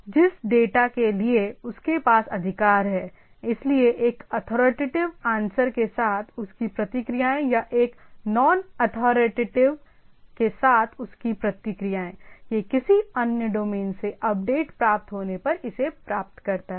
तो जिस डेटा के लिए उसके पास अधिकार है इसलिए एक अथॉरिटेटिव आंसर के साथ उसकी प्रतिक्रियाएं या एक नॉन अथॉरिटेटिव के साथ उसकी प्रतिक्रियाएं यह किसी अन्य डोमेन से अपडेट प्राप्त होने पर इसे प्राप्त करता है